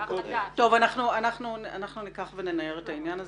אנחנו ננער את העניין הזה.